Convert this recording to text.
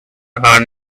earn